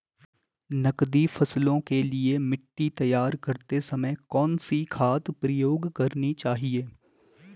नकदी फसलों के लिए मिट्टी तैयार करते समय कौन सी खाद प्रयोग करनी चाहिए?